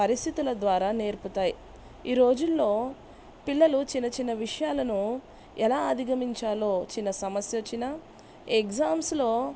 పరిస్థితుల ద్వారా నేర్పుతాయి ఈ రోజుల్లో పిల్లలు చిన్న చిన్న విషయాలను ఎలా అధిగమించాలో చిన్న సమస్య వచ్చినా ఎగ్జామ్స్లో